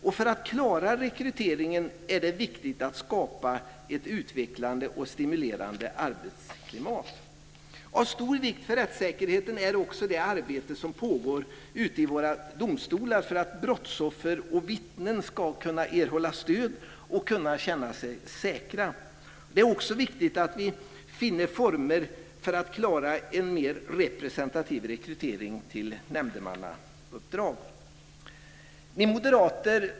Och för att klara rekryteringen är det viktigt att skapa ett utvecklande och stimulerande arbetsklimat. Av stor vikt för rättssäkerheten är också det arbete som pågår ute i våra domstolar för att brottsoffer och vittnen ska kunna erhålla stöd och kunna känna sig säkra. Det är också viktigt att vi finner former för att klara en mer representativ rekrytering till nämndemannauppdrag.